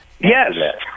Yes